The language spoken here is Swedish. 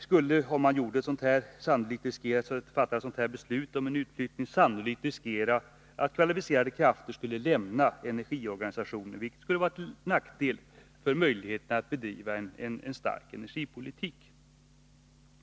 Skulle man besluta om en utflyttning, skulle man riskera att kvalificerade krafter lämnar energiorganisationen, vilket vore till nackdel för möjligheterna att bedriva en stark energipolitik.